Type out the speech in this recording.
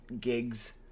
gigs